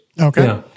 okay